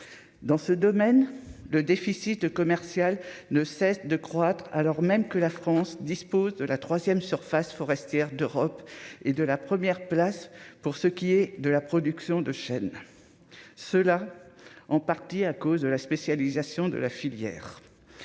dans ce domaine. Le déficit commercial ne cesse de croître alors même que la France dispose de la 3ème surface forestière d'Europe et de la 1ère place pour ce qui est de la production de Shell cela en partie à cause de la spécialisation de la filière,